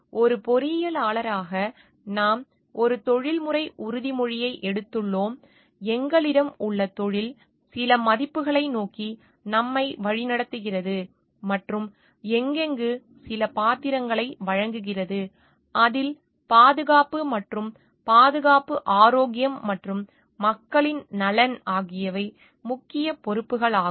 ஒரு பொறியியலாளராக நாம் ஒரு தொழில்முறை உறுதிமொழியை எடுத்துள்ளோம் எங்களிடம் உள்ள தொழில் சில மதிப்புகளை நோக்கி நம்மை வழிநடத்துகிறது மற்றும் எங்களுக்கு சில பாத்திரங்களை வழங்குகிறது அதில் பாதுகாப்பு மற்றும் பாதுகாப்பு ஆரோக்கியம் மற்றும் மக்களின் நலன் ஆகியவை முக்கிய பொறுப்புகளாகும்